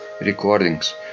recordings